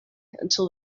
until